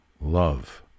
love